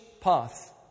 path